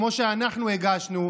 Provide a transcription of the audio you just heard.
כמו שאנחנו הגשנו,